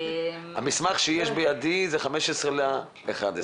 המסמך שיש אצלי הוא 15 בנובמבר.